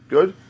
Good